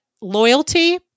loyalty